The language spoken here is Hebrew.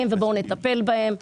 אני לא מתכוון שתהיה אפליה כזאת,